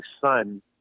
son